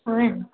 उहे न